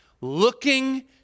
looking